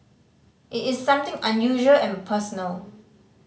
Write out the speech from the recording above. it is something unusual and personal